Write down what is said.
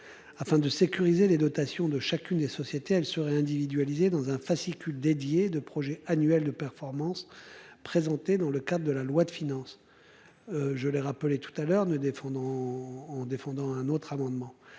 Afin de sécuriser les dotations de chacune des sociétés. Elle serait individualisé dans un fascicule dédié de projet annuel de performance présentée dans le cadre de la loi de finances. Je l'ai rappelé tout à l'heure ne défendant en défendant un autre amendement,